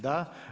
Da.